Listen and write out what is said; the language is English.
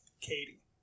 Katie